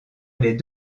les